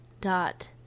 dot